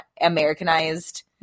Americanized